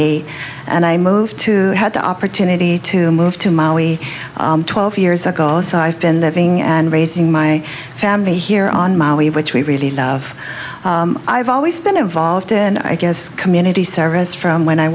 eighty and i moved to had the opportunity to move to mali twelve years ago so i've been having and raising my family here on my way which we really love i've always been involved in i guess community service from when i